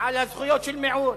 על הזכויות של מיעוט.